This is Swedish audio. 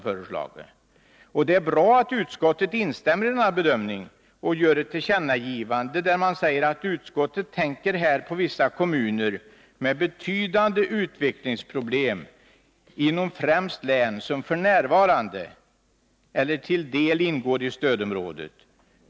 Det är bra att utskottet instämmer i den här bedömningen och gör ett tillkännagivande och säger: ”Utskottet tänker här på vissa kommuner med betydande utvecklingsproblem inom främst län som f. n. helt eller till del ingår i stödområde.